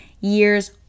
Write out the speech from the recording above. years